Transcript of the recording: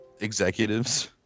executives